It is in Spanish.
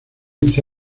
dice